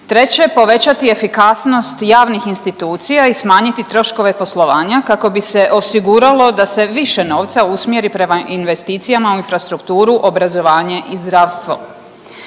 Treće, povećati efikasnost javnih institucija i smanjiti troškove poslovanja kako bi se osiguralo da se više novca usmjeri prema investicijama u infrastrukturu, obrazovanje i zdravstvo.